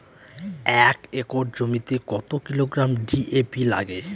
এক একর জমিতে কত কিলোগ্রাম ডি.এ.পি লাগে?